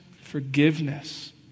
forgiveness